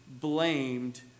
blamed